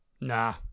Nah